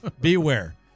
Beware